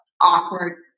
awkward